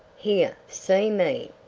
here see me.